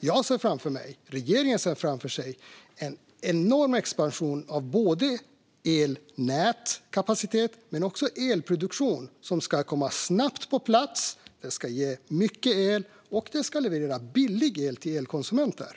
Jag ser framför mig, och regeringen ser framför sig, en enorm expansion av elnätskapacitet och en elproduktion som ska komma snabbt på plats, ge mycket el och leverera billig el till elkonsumenterna.